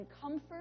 comfort